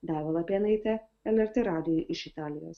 daiva lapėnaitė lrt radijui iš italijos